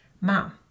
Mom